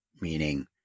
Meaning